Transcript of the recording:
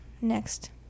next